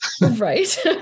Right